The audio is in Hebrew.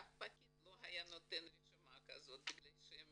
ואף פקיד לא היה נותן רשימה כזאת בגלל שהם